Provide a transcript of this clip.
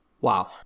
Wow